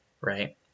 Right